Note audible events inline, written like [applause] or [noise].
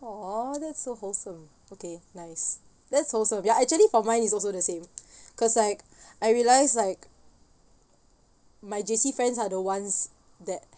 !aww! that's so wholesome okay nice that's wholesome ya actually for mine is also the same [breath] because like [breath] I realise like my J_C friends are the ones that